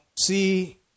see